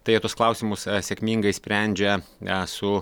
tai jie tuos klausimus sėkmingai sprendžia a su